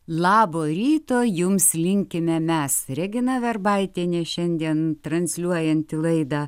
labo ryto jums linkime mes regina verbaitienė šiandien transliuojanti laidą